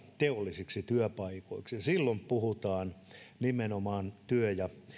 teollisiksi työpaikoiksi ja silloin puhutaan nimenomaan työ ja